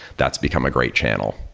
that's become a great channel.